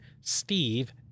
steve